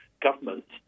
governments